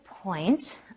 point